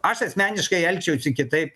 aš asmeniškai elgčiausi kitaip